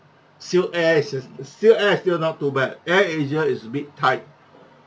SilkAir is SilkAir is still not too bad AirAsia is a bit tight